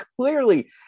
clearly